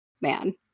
Man